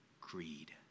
Greed